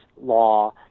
law